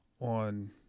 on